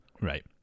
Right